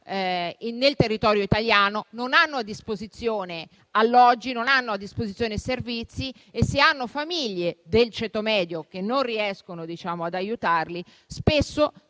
nel territorio italiano non hanno a disposizione alloggi o servizi e che, se hanno famiglie del ceto medio che non riescono ad aiutarli, spesso